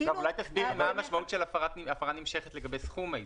אולי תסבירי מה המשמעות של הפרה נמשכת לגבי סכום העיצום.